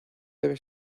debe